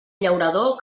llaurador